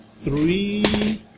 three